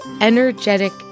energetic